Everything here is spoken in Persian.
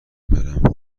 برم